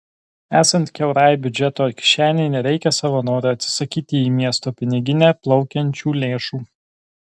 esant kiaurai biudžeto kišenei nereikia savo noru atsisakyti į miesto piniginę plaukiančių lėšų